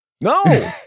No